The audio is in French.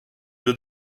deux